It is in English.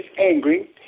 angry